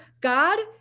God